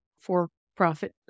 for-profit